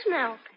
milk